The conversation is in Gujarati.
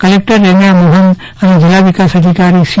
કલેકટર રેમ્યા મોહન અને જિલ્લા વિકાસ અધિકારી સી